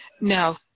no